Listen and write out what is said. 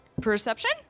Perception